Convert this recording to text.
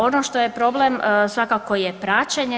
Ono što je problem svakako je praćenje.